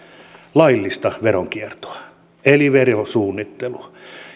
laillista veronkiertoa eli verosuunnittelua